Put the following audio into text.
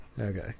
Okay